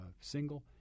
single